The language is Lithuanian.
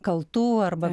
kaltų arba